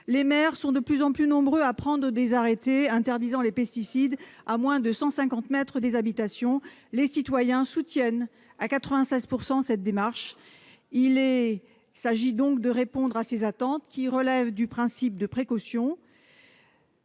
Les maires sont de plus en plus nombreux à prendre des arrêtés interdisant l'utilisation des pesticides à moins de 150 mètres des habitations et 96 % de nos citoyens soutiennent cette démarche ; il s'agit de répondre à ces attentes. Cela relève du principe de précaution.